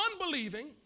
unbelieving